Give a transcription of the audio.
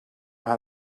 how